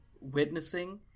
witnessing